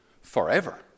forever